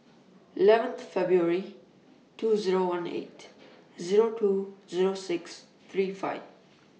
eleven Feb two Zero one eight Zero Tow Zero six three five